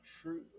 True